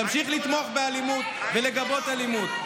תמשיך לתמוך באלימות ולגבות אלימות.